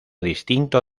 distinto